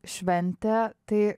šventė tai